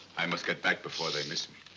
i must get back before they miss me.